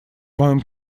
моем